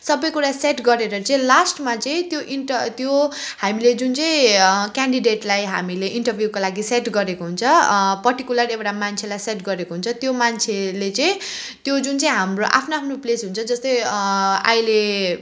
सबै कुरा सेट गरेर चाहिँ लास्टमा चाहिँ त्यो इन्ट त्यो हामीले जुन चाहिँ क्यान्डिडेटलाई हामीले इन्टरभ्यूको लागि सेट गरेको हुन्छ पार्टिकुलर एउटा मान्छेलाई सेट गरेको हुन्छ त्यो मान्छेले चाहिँ त्यो जुन चाहिँ हाम्रो आफ्नो आफ्नो प्लेस हुन्छ जस्तै अहिले